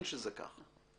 בוקר טוב לכם.